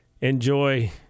enjoy